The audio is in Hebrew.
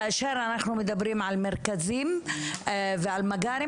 כאשר אנחנו מדברים על מרכזים ועל מג״רים,